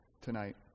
tonight